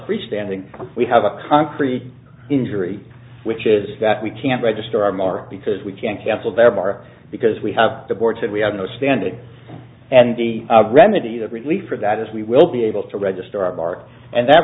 freestanding we have a concrete injury which is that we can't register our mark because we can't cancel them our because we have the board said we have no standing and the remedy the relief for that is we will be able to register our mark and that